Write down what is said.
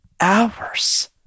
hours